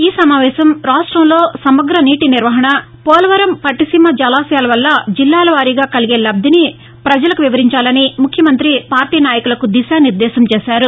ఈసమావేశం రాష్ట్రంలో సమగ్ర నీటి నిర్వహణ పోలవరం పట్లిసీమ జలాశయాలవల్ల జిల్లాల వారీగా కలిగే లబ్ది గురించి పజలకు వివరించాలని ముఖ్యమంత్రి పార్టీ నాయకులకు దిశానిర్దేశం చేశారు